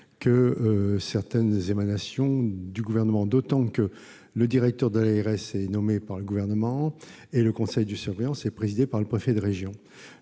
que certaines émanations du Gouvernement. Je rappelle d'ailleurs que le directeur de l'ARS est nommé par le Gouvernement, et le conseil de surveillance présidé par le préfet de région.